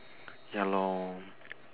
ya lor